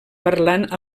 parlant